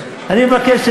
פתחתי את